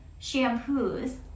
shampoos